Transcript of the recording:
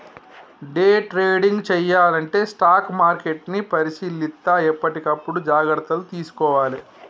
day trading చెయ్యాలంటే stock మార్కెట్ని పరిశీలిత్తా ఎప్పటికప్పుడు జాగర్తలు తీసుకోవాలే